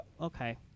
Okay